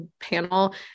panel